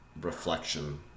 reflection